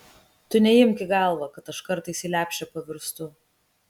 tu neimk į galvą kad aš kartais į lepšę pavirstu